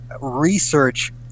research